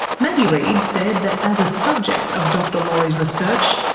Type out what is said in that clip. maggie reid said that as a subject of dr laurie's research,